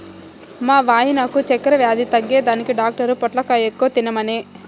మా వాయినకు చక్కెర వ్యాధి తగ్గేదానికి డాక్టర్ పొట్లకాయ ఎక్కువ తినమనె